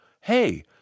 hey